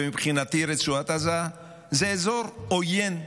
ומבחינתי, רצועת עזה היא אזור עוין.